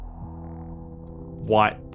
white